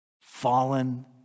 fallen